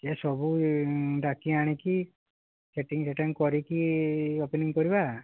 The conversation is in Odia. ଏସବୁ ଡାକି ଆଣିକି ସେଟିଙ୍ଗ୍ ସାଟିଙ୍ଗ୍ କରିକି ଓପନିଂ କରିବା